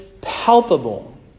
palpable